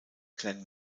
glenn